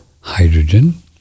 hydrogen